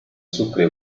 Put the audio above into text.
sucre